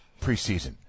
Preseason